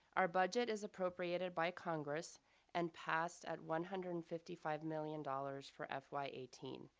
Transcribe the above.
our budget is appropriated by congress and passed at one hundred and fifty five million dollars for fy eighteen.